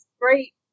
great